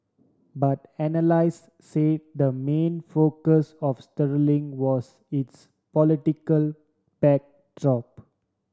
but analyst say the main focus of sterling was its political backdrop